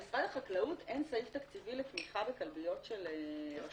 במשרד החקלאות אין סעיף תקציבי לתמיכה בכלביות של רשויות?